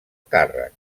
càrrec